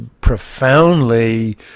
profoundly